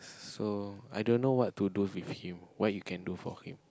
so i don't know what to do with him what you can do for him